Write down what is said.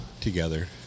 together